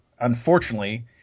Unfortunately